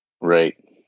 Right